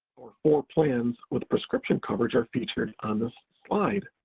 our four plans with prescription coverage are featured on this slide,